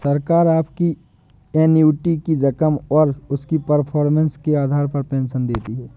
सरकार आपकी एन्युटी की रकम और उसकी परफॉर्मेंस के आधार पर पेंशन देती है